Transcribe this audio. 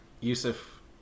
Yusuf